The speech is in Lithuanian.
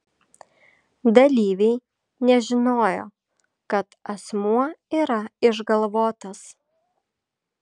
dalyviai nežinojo kad asmuo yra išgalvotas